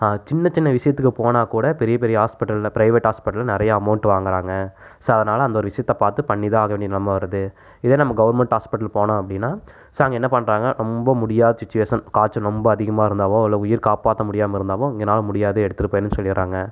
சின்ன சின்ன விஷயத்துக்கு போனாக்கூட பெரிய பெரிய ஹாஸ்பிட்டலில் ப்ரைவேட் ஹாஸ்பிட்டலில் நிறையா அமௌண்ட் வாங்குறாங்க ஸோ அதனால் அந்த ஒரு விஷயத்த பார்த்து பண்ணி தான் ஆக வேண்டிய நிலம வருது இதே நம்ம கவர்மெண்ட் ஹாஸ்பிட்டல் போனோம் அப்படின்னா ஸோ அங்கே என்ன பண்ணுறாங்க ரொம்ப முடியாத சுச்சிவேஷன் காய்ச்சல் ரொம்ப அதிகமாக இருந்தாவோ இல்லை உயிர் காப்பாற்ற முடியாமல் இருந்தாவோ என்னால் முடியாது எடுத்துரு போய்ருன்னு சொல்லிடுறாங்க